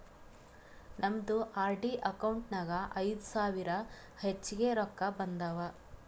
ನಮ್ದು RD account ನಾಗ್ ಐಯ್ದ ಸಾವಿರ ಹೆಚ್ಚಿಗೆ ರೊಕ್ಕಾ ಬಂದಾವ್